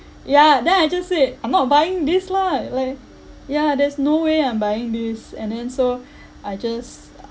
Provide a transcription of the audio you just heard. ya then I just say I'm not buying this lah like ya there's no way I'm buying this and then so I just